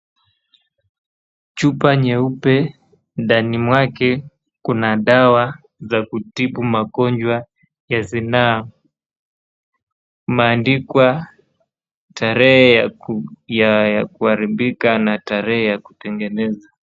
Chupa nyeupe , ndani mwake kuna dawa za kutibu magonjwa ya zinaa . Imeandikwa tarehe ya kuharibika na tarehe ya kutengenezwa .